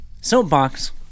soapbox